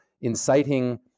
inciting